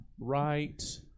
right